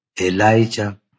Elijah